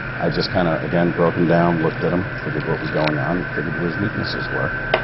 i just kind of again, broke him down, looked at him, figured what was going on, figured where his weaknesses were.